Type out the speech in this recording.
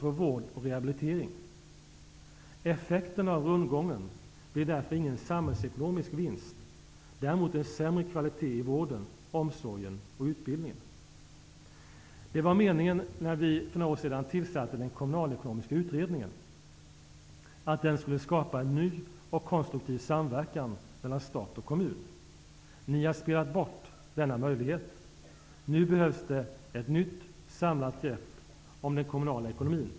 En prisstabilitet på god europeisk nivå är därvid ett viktigt medel för god tillväxt. Åtgärder måste sättas in nu. De måste utan fördröjning få effekt på hela samhällsekonomin -- på konsumtion, produktion, investeringar och sysselsättning. Den ekonomiska politiken skall ha en sådan kraft att den berör varje företagare och varje konsument.